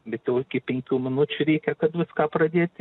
bet jau iki penkių minučių reikia kad viską pradėti